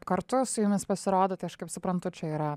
kartu su jumis pasirodo tai aš kaip suprantu čia yra